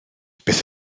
beth